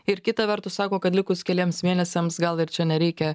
ir kita vertus sako kad likus keliems mėnesiams gal ir čia nereikia